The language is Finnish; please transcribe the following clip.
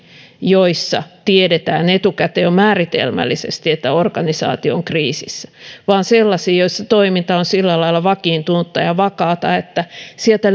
joista tiedetään etukäteen jo määritelmällisesti että organisaatio on kriisissä vaan sellaisiin joissa toiminta on sillä lailla vakiintunutta ja vakaata että sieltä